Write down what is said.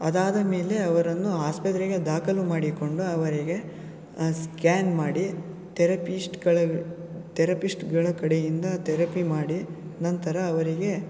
ಅದಾದ ಮೇಲೆ ಅವರನ್ನು ಆಸ್ಪತ್ರೆಗೆ ದಾಖಲು ಮಾಡಿಕೊಂಡು ಅವರಿಗೆ ಸ್ಕ್ಯಾನ್ ಮಾಡಿ ತೆರಪೀಸ್ಟ್ಗಳ ತೆರಪಿಸ್ಟ್ಗಳ ಕಡೆಯಿಂದ ತೆರಪಿ ಮಾಡಿ ನಂತರ ಅವರಿಗೆ